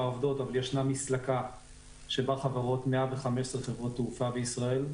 עובדות אבל ישנה מסלקה שבה 115 חברות תעופה בישראל,